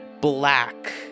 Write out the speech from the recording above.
black